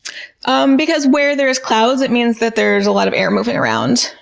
um because where there's clouds it means that there's a lot of air moving around.